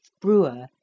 brewer